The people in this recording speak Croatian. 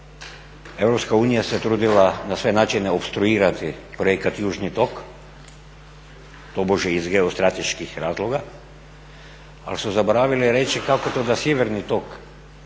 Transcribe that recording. dobro. EU se trudila na sve načine opstruirati projekat južni tok tobože iz geostrateških razloga, ali su zaboravili reći kako to da sjeverni tok